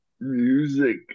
music